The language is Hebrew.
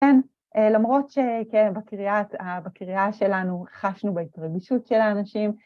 כן, למרות שבקריאה שלנו חשנו בהתרגשות של האנשים,